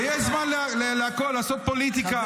ויש זמן לעשות פוליטיקה.